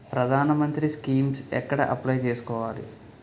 ప్రధాన మంత్రి స్కీమ్స్ ఎక్కడ అప్లయ్ చేసుకోవాలి?